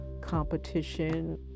competition